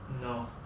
No